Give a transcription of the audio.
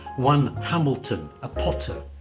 juan hamilton, a potter.